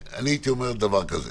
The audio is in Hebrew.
הפיילוט לא בוחן את רמת התחלואה